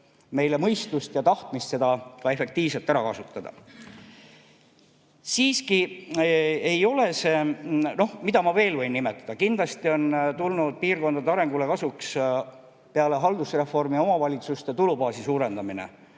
meil mõistust ja tahtmist seda ka efektiivselt ära kasutada. Noh, mida ma veel võin nimetada. Kindlasti on piirkondade arengule kasuks tulnud peale haldusreformi omavalitsuste tulubaasi suurendamine.